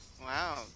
Wow